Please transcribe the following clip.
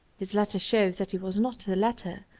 his letters show that he was not the latter,